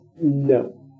No